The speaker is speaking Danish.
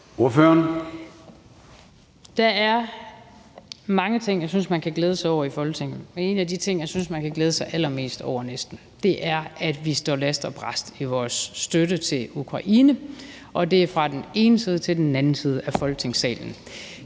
(DD): Der er mange ting, jeg synes man kan glæde sig over i Folketinget, men en af de ting, jeg synes man kan glæde sig allermest over, næsten, er, at vi står last og brast i vores støtte til Ukraine, og det er fra den ene side til den anden side af Folketingssalen.